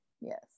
Yes